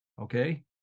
Okay